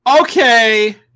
Okay